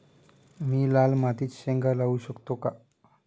मी लाल मातीत शेंगा लावू शकतो का?